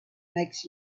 makes